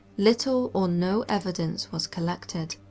little or no evidence was collected.